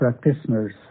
practitioners